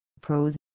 Pros